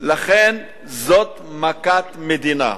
לכן זאת מכת מדינה.